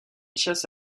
chasse